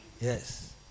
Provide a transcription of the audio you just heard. Yes